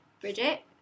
Bridget